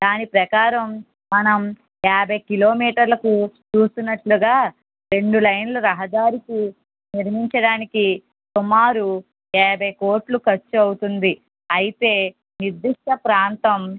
దాని ప్రకారం మనం యాభై కిలోమీటర్లకు చూస్తున్నట్లుగా రెండు లేన్లు రహదారికి నిర్మించడానికి సుమారు యాభై కోట్లు ఖర్చు అవుతుంది అయితే నిర్దిష్ట ప్రాంతం